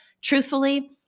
truthfully